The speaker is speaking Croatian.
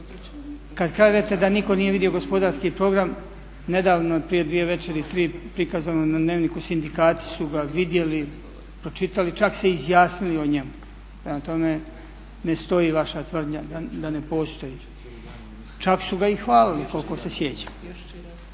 Kad kažete da nitko nije vidio gospodarski program, nedavno, prije dvije večeri ili tri, prikazano je na Dnevniku sindikati su ga vidjeli, pročitali, čak se i izjasnili o njemu. Prema tome, ne stoji vaša tvrdnja da ne postoji. Čak su ga i hvalili koliko se sjećam.